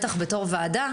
בטח כוועדה,